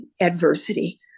Adversity